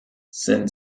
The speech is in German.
sind